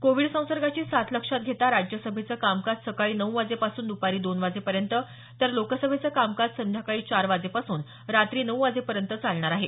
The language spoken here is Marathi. कोविड संसर्गाची साथ लक्षात घेता राज्यसभेचं कामकाज सकाळी नऊ वाजेपासून दुपारी दोन वाजेपर्यंत तर लोकसभेचं कामकाज संध्याकाळी चार वाजेपासून रात्री नऊ वाजेपर्यंत चालणार आहे